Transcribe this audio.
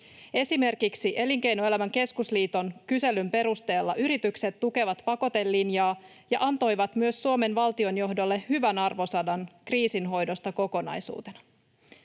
Esimerkiksi Elinkeinoelämän keskusliiton kyselyn perusteella yritykset tukevat pakotelinjaa ja antoivat myös Suomen valtionjohdolle hyvän arvosanan kriisin hoidosta kokonaisuutena.